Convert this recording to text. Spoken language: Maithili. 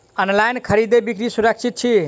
ऑनलाइन खरीदै बिक्री सुरक्षित छी